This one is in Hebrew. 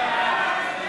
מי בעד?